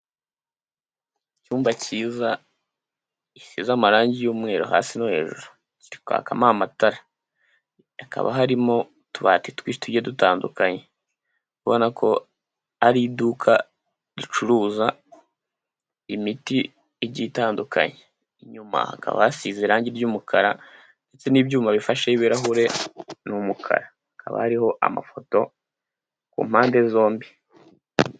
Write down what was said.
Icyumba cyiza gisize amarangi y'umweru hasi no hejuru. Kiri kwakamo amatara. Hakaba harimo utubati twinshi tugiye dutandukanye. Ubona ko ari iduka ricuruza imiti igiye itandukanye. Inyuma hakaba hasize irangi ry'umukara, ndetse n'ibyuma bifasheho ibirahure ni umukara. Hakaba hariho amafoto ku mpande zombi.